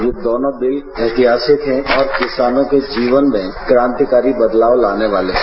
ये दोनों बिल ऐतिहासिक है और किसानों के जीवन में क्रांतिकारी बदलाव लाने वाले हैं